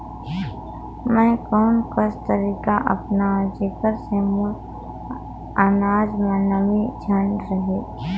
मैं कोन कस तरीका अपनाओं जेकर से मोर अनाज म नमी झन रहे?